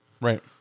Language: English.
Right